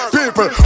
People